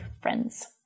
friends